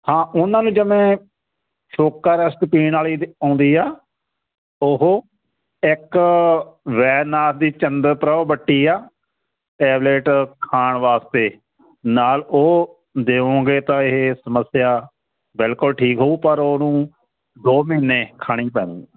ਹਾਂ ਉਹਨਾਂ ਨੂੰ ਜਿਵੇਂ ਅਸ਼ੋਕਾ ਰਿਸ਼ਟ ਪੀਣ ਵਾਲੀ ਆਉਂਦੀ ਆ ਉਹ ਇੱਕ ਵੈਦਨਾਥ ਦੀ ਚੰਦਨ ਪ੍ਰੋ ਬੱਟੀ ਆ ਟੈਬਲੇਟ ਖਾਣ ਵਾਸਤੇ ਨਾਲ ਉਹ ਦਿਓਂਗੇ ਤਾਂ ਇਹ ਸਮੱਸਿਆ ਬਿਲਕੁਲ ਠੀਕ ਹੋਊ ਪਰ ਉਹਨੂੰ ਦੋ ਮਹੀਨੇ ਖਾਣੀ ਪੈਣੀ